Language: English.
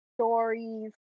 stories